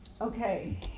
Okay